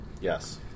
Yes